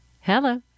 Hello